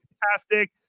fantastic